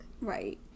right